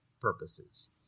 purposes